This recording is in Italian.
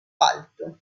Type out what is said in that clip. alto